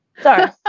Sorry